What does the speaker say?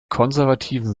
konservativen